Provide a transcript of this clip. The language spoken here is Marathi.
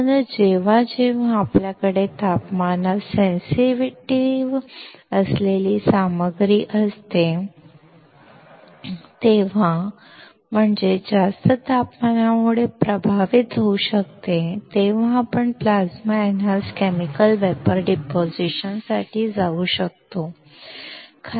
म्हणूनच जेव्हा जेव्हा आपल्याकडे तापमानास सेन्सिटिव्ह असलेली सामग्री असते म्हणजेच जास्त तापमानामुळे प्रभावित होऊ शकते तेव्हा आपण plasma enhanced chemical vapour deposition साठी जाऊ शकतो